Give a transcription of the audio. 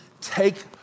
take